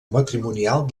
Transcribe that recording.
matrimonial